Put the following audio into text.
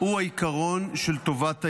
הוא העיקרון של טובת הילד,